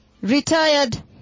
retired